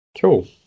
Cool